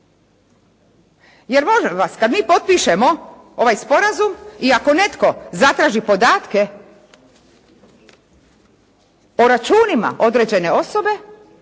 Jer može nas kad mi potpišemo ovaj sporazum i ako netko zatraži podatke o računima određene osobe